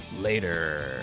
later